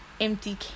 empty